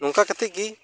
ᱱᱚᱝᱠᱟ ᱠᱟᱛᱮᱜᱮ